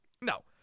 No